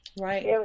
Right